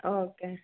okay